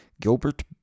Gilbert